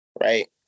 right